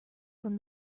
from